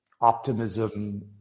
optimism